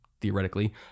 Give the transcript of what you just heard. theoretically